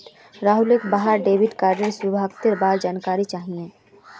राहुलक वहार डेबिट कार्डेर भुगतानेर बार जानकारी चाहिए